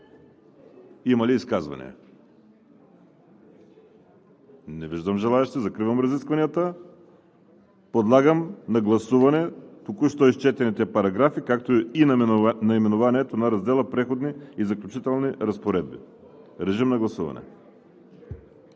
Има ли изказвания? Не виждам желаещи. Закривам разискванията. Подлагам на гласуване току-що изчетените параграфи, както и наименованието на Раздела „Преходни и заключителни разпоредби“. Гласували